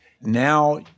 Now